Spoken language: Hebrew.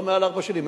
לא מעל ארבע שנים.